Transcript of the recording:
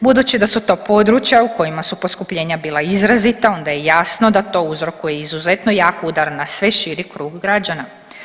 Budući da su to područja u kojima su poskupljenja bila izrazita, onda je jasno da to uzrokuje izuzetno jak udar na sve širi krug građana.